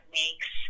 makes